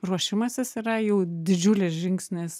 ruošimasis yra jau didžiulis žingsnis